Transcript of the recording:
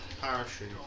parachute